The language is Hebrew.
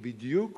הוא בדיוק כמו,